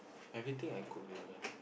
everything I cook very well